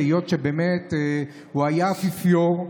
היות שבאמת הוא היה אפיפיור,